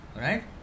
right